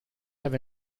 have